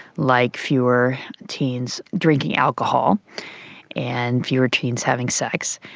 like fewer teens drinking alcohol and fewer teens having sex.